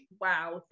wow